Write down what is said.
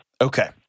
Okay